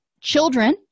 children